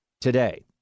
today